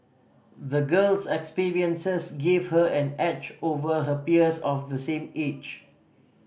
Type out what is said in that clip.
the girl's experiences gave her an edge over her peers of the same age